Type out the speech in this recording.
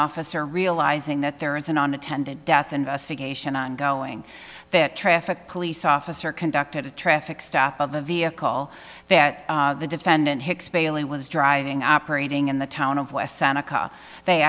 officer realizing that there is an unintended death investigation ongoing traffic police officer conducted a traffic stop of the vehicle that the defendant hicks bailey was driving operating in the town of west seneca they